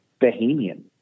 bohemian